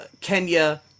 Kenya